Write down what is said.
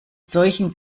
solchen